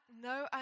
no